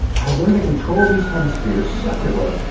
i learned to control these hemispheres separately.